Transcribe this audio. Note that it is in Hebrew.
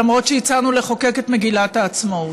למרות שהצענו לחוקק את מגילת העצמאות.